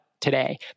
today